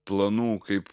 planų kaip